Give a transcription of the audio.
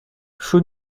sun